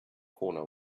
corner